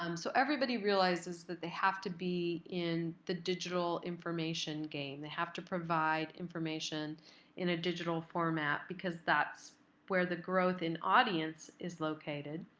um so everybody realizes that they have to be in the digital information game. they have to provide information in a digital format, because that's where the growth in audience is located.